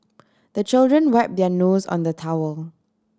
the children wipe their nose on the towel